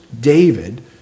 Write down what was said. David